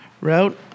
route